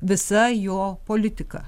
visa jo politika